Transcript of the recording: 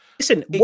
Listen